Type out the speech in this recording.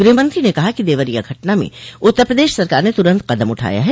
गृहमंत्री ने कहा कि देवरिया घटना में उत्तर प्रदेश सरकार ने तुरन्त कदम उठाया है